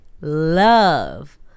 love